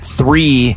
three